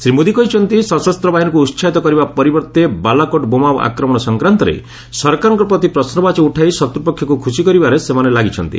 ଶ୍ରୀ ମୋଦି କହିଛନ୍ତି ସଶସ୍ତ ବାହିନୀକୁ ଉତ୍କାହିତ କରିବା ପରିବର୍ତ୍ତେ ବାଲାକୋଟ୍ ବୋମା ଆକ୍ରମଣ ସଂକ୍ରାନ୍ତରେ ସରକାରଙ୍କ ପ୍ରତି ପ୍ରଶ୍ନବାଚୀ ଉଠାଇ ଶତ୍ରପକ୍ଷକୁ ଖୁସି କରିବାରେ ସେମାନେ ଲାଗିଛନ୍ତି